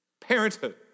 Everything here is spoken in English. parenthood